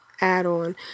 add-on